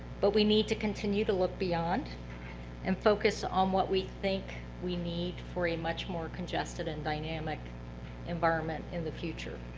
but, we need to continue to look beyond and focus on what we think we need for a much more congested and dynamic environment in the future.